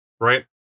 right